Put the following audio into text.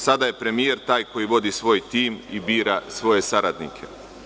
Sada je premijer taj koji vodi svoj tim i bira svoje saradnike.